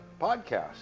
podcast